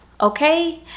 okay